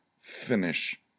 finish